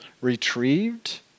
retrieved